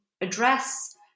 address